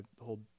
hold